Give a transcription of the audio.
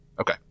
Okay